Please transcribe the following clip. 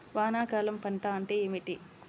వానాకాలం పంట అంటే ఏమిటి?